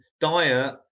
diet